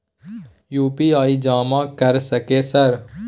UPI जमा कर सके सर?